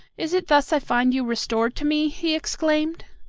is it thus i find you restored to me? he exclaimed.